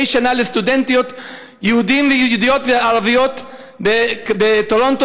שנה לסטודנטיות יהודיות וערביות בטורונטו.